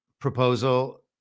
proposal